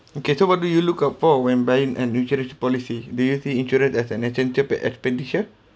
okay so what do you look out for when buying an insurance policy do you think insurance as an expe~ expenditure